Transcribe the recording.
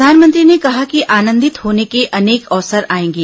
प्रधानमंत्री ने कहा कि आनंदित होने के अनेक अवसर आएंगे